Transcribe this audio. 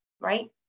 right